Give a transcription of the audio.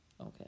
Okay